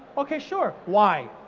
okay sure. why?